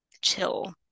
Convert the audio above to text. chill